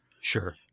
Sure